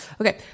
Okay